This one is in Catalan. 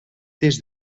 des